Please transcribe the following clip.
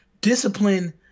Discipline